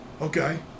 Okay